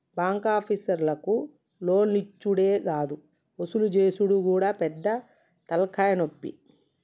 బాంకాపీసర్లకు లోన్లిచ్చుడే గాదు వసూలు జేసుడు గూడా పెద్ద తల్కాయనొప్పి